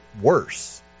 worse